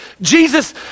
Jesus